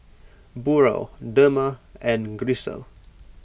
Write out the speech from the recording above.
Burrell Dema and Grisel